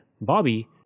Bobby